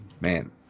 Man